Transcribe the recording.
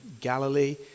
Galilee